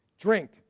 drink